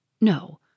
No